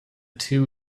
two